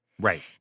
right